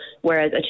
whereas